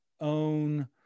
own